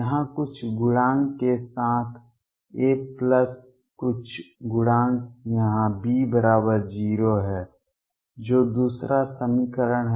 यहां कुछ गुणांक के साथ A प्लस कुछ गुणांक यहां B 0 है जो दूसरा समीकरण है